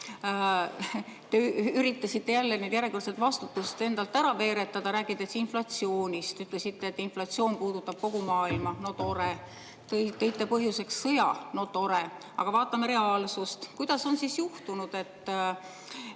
Te üritasite järjekordselt vastutust endalt ära veeretada, rääkides inflatsioonist, ütlesite, et inflatsioon puudutab kogu maailma. No tore! Te tõite põhjuseks sõja. No tore! Aga vaatame reaalsust! Kuidas on juhtunud, et